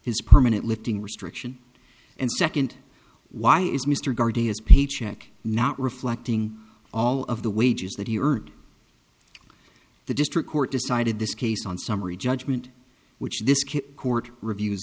his permanent lifting restriction and second why is mr guardian's paycheck not reflecting all of the wages that he earned the district court decided this case on summary judgment which this kit court review